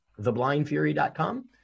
theblindfury.com